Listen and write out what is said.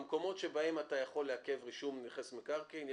במקומות שבהם אתה יכול לעכב רישום נכס מקרקעין,